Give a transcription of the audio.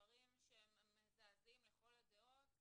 דברים שהם מזעזעים לכל הדעות,